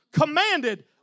commanded